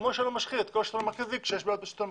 כמו שאני לא משחיר את כל השלטון המרכזי כשיש בעיות בשלטון המרכזי,